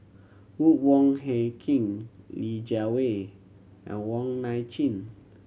Ruth Wong Hie King Li Jiawei and Wong Nai Chin